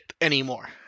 anymore